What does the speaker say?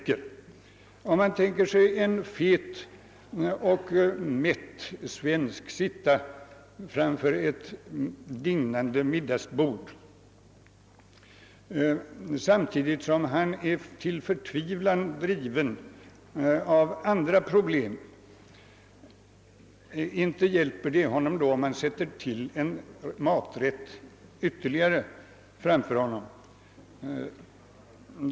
Det hjälper t.ex. inte en fet och mätt svensk, som sitter vid ett dignande middagsbord men samtidigt är driven till förtvivlan av svåra problem, att man sätter fram ytterligare en maträtt för honom.